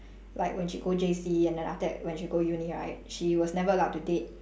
like when she go J_C and then after that when she go uni right she was never allowed to date